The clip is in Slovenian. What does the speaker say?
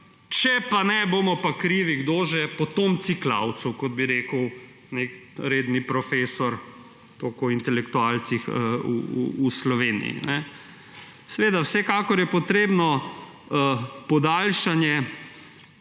če ne, bomo pa krivi – kdo že? Potomci klavcev, kot bi rekel nek redni profesor. Toliko o intelektualcih v Sloveniji. Vsekakor je potrebno podaljšanje